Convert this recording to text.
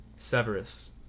Severus